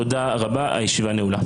תודה רבה, הישיבה נעולה.